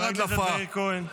--- חברת הכנסת אפרת רייטן מרום,